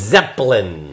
Zeppelin